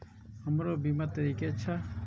हमरो बीमा करीके छः?